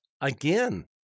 again